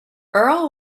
earle